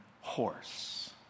horse